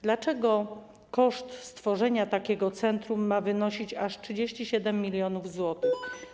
Dlaczego koszt stworzenia takiego centrum na wynosić aż 37 mln zł?